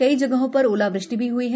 कई जगहों र ओलावृष्टि भी हई है